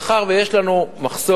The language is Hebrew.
מאחר שיש לנו מחסור,